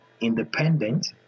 independent